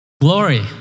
Glory